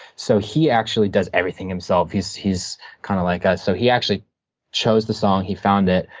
so he actually does everything himself. he's he's kind of like us. so he actually chose the song, he found it,